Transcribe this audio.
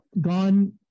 gone